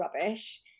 rubbish